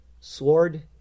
Sword